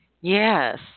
Yes